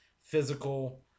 Physical